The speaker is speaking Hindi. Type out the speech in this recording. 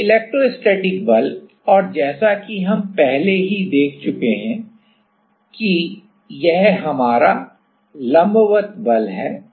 तो इलेक्ट्रोस्टैटिक बल और जैसा कि हम पहले ही देख चुके हैं कि यह हमारा लंबवत बल है